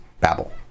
Babel